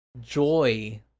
joy